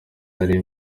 nari